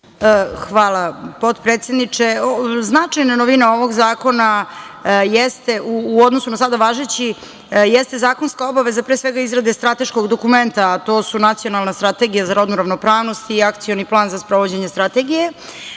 potpredsedniče. Značajna novina ovog zakona u odnosu na sada važeći jeste zakonska obaveza pre svega izrade strateškog dokumenta, a to su nacionalna strategija za rodnu ravnopravnost i akcioni plan za sprovođenje strategije.